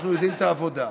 אנחנו יודעים את העבודה.